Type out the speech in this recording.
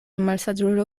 malsaĝulo